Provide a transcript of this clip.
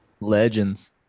Legends